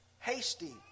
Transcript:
Hasty